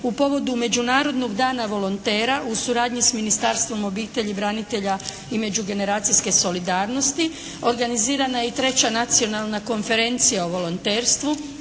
u povodu Međunarodnog dana volontera u suradnji s Ministarstvom obitelji, branitelja i međugeneracijske solidarnosti organizirana je i Treća nacionalna konferencija o volonterstvu.